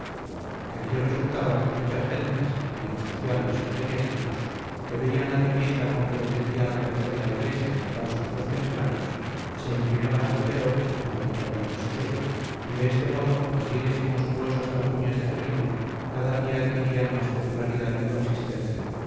de aquí resultaba que muchas gentes y en especial los eclesiásticos que veían la tibieza con que defendía la cabeza de la iglesia la causa de los templarios se inclinaban a lo peor como generalmente sucede y de este modo las viles y monstruosas calumnias de felipe cada día adquirían más popularidad y consistencia